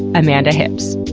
amanda hipps.